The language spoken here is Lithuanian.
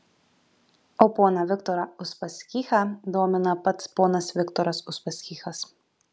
o poną viktorą uspaskichą domina pats ponas viktoras uspaskichas